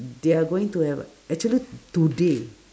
they are going to have actually today